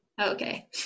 Okay